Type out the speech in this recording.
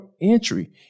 entry